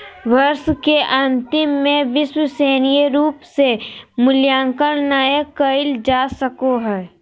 वर्ष के अन्तिम में विश्वसनीय रूप से मूल्यांकन नैय कइल जा सको हइ